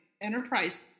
enterprise